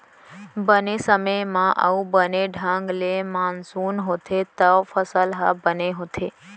बने समे म अउ बने ढंग ले मानसून होथे तव फसल ह बने होथे